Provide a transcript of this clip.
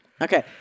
okay